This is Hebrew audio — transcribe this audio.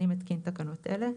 אני מתקין תקנות אלה: